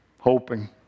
Hoping